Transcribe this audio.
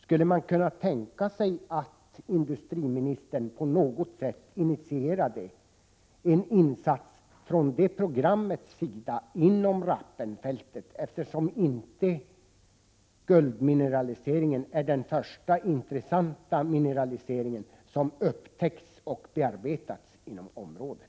Skulle man kunna tänka sig att industriministern på något sätt initierade en insats inom Rappenfältet från detta programs sida, eftersom guldmineraliseringen inte är den första intressanta mineraliseringen som upptäckts och bearbetats inom området?